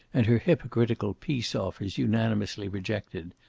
and her hypocritical peace offers unanimously rejected,